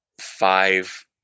five